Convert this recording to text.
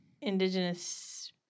indigenous